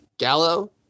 Gallo